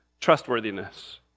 trustworthiness